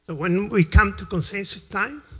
ah when we come to consensus type,